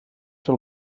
fer